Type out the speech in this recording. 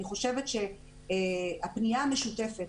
אני חושבת שצריכה להיות פנייה משותפת,